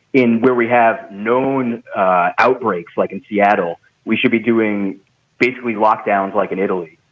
in where we have known outbreaks like in seattle we should be doing basically lockdowns like in italy.